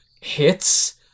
hits